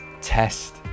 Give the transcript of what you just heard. test